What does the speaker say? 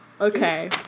Okay